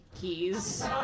keys